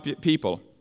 people